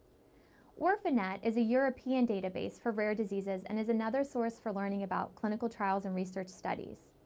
orphanet is a european database for rare diseases and is another source for learning about clinical trials and research studies.